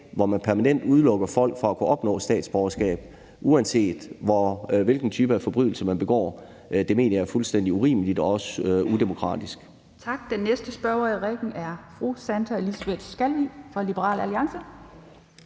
hvor man permanent udelukker folk fra at kunne opnå statsborgerskab, uanset hvilken type af forbrydelse man har begået, mener jeg er fuldstændig urimeligt og også udemokratisk.